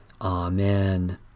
Amen